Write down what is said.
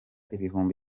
ibihumbi